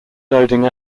loading